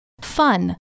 Fun